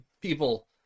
people